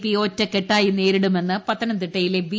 P ഒറ്റക്കെട്ടായി നേരിടുമെന്ന് പത്തനംതിട്ടയിലെ ബി